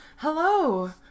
Hello